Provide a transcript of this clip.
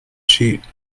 sheet